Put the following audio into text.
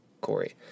Corey